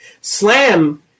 slam